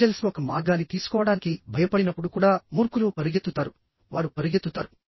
Angeles ఒక మార్గాన్ని తీసుకోవడానికి భయపడినప్పుడు కూడా మూర్ఖులు పరుగెత్తుతారు వారు పరుగెత్తుతారు